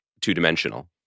two-dimensional